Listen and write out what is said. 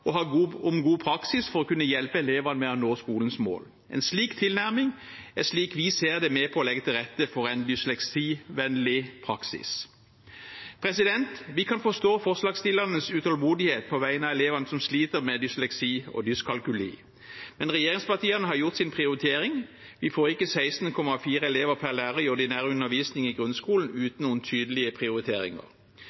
om god praksis for å kunne hjelpe elevene med å nå skolens mål. En slik tilnærming er, slik vi ser det, med på å legge til rette for en dysleksivennlig praksis. Vi kan forstå forslagsstillernes utålmodighet på vegne av elevene som sliter med dysleksi og dyskalkuli. Men regjeringspartiene har gjort sin prioritering. Vi får ikke 16,4 elever per lærer i ordinær undervisning i grunnskolen